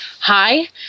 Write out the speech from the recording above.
hi